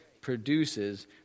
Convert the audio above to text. produces